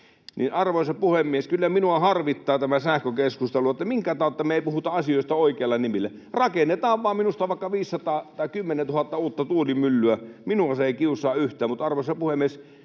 Arvoisa puhemies! Kyllä minua harmittaa tämä sähkökeskustelu. Minkä tautta me ei puhuta asioista oikeilla nimillä? Rakennetaan vaan vaikka 500 tai 10 000 uutta tuulimyllyä, minua se ei kiusaa yhtään, mutta, arvoisa puhemies,